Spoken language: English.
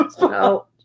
No